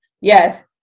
yes